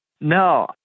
No